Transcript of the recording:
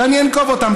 שאני אנקוב בהם,